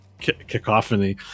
cacophony